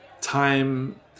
time